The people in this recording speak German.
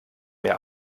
mir